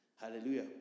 Hallelujah